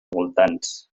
voltants